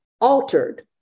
Altered